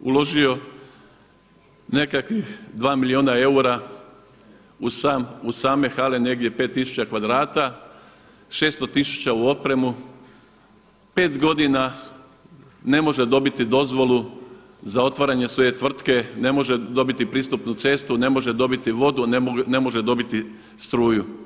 uložio nekakvih 2 milijuna eura u same hale negdje 5000 kvadrata, 600 tisuća u opremu 5 godina ne može dobiti dozvolu za otvaranje svoje tvrtke, ne može dobiti pristupnu cestu, ne može dobiti vodu, ne može dobiti struju.